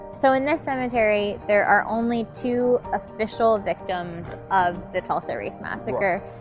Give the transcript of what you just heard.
so in this cemetery there are only two official victims of the tulsa race massacre.